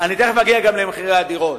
תיכף אגיע למחירי הדירות.